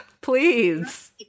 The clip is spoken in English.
please